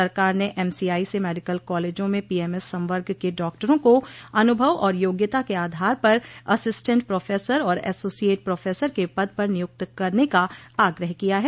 सरकार ने एमसीआई से मेडिकल कॉलेजों में पोएमएस संवर्ग के डॉक्टरों को अनुभव और योग्यता के आधार पर असिस्टेंट प्रोफेसर और एसोसिएट प्रोफेसर के पद पर नियुक्त करने का आग्रह किया है